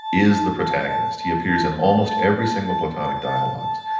is the protagonist. he appears in almost every single platonic dialogues.